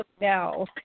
now